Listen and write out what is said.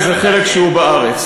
לוותר על איזה חלק שהוא בארץ.